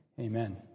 Amen